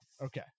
okay